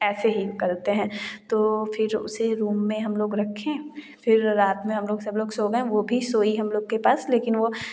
ऐसे ही करते हैं तो फ़िर उसे रूम में हम लोग रखें फ़िर रात में हम लोग सब लोग सो गए हैं वह भी सोई हम लोग के पास लेकिन वह